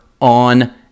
on